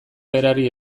berari